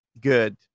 good